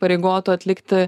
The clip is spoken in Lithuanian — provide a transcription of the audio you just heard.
pareigotų atlikti